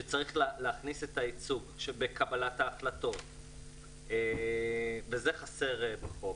שצריך להכניס את הייצוג בקבלת ההחלטות וזה חסר בחוק.